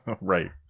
Right